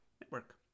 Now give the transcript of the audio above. Network